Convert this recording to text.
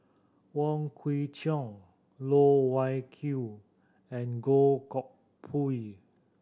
Wong Kwei Cheong Loh Wai Kiew and Goh Koh Pui